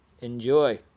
Enjoy